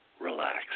relax